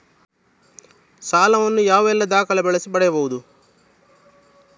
ಸಾಲ ವನ್ನು ಯಾವೆಲ್ಲ ದಾಖಲೆ ಬಳಸಿ ಪಡೆಯಬಹುದು?